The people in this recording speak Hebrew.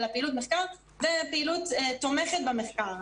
אלא פעילות מחקר ופעילות תומכת במחקר.